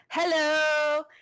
Hello